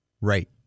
Right